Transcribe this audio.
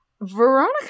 Veronica